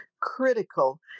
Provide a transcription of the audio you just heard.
critical